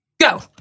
Go